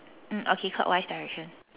mm okay clockwise direction